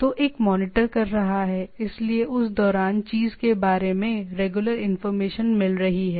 तो एक मॉनिटर कर रहा है इसलिए उस दौरान चीज के बारे में रेगुलर इंफॉर्मेशन मिल रही है